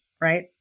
right